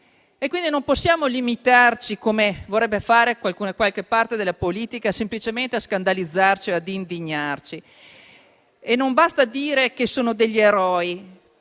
sanitari. Non possiamo limitarci, come vorrebbe fare qualche parte della politica, semplicemente a scandalizzarci e ad indignarci. Non basta dire che sono degli eroi